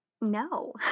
no